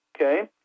Okay